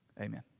Amen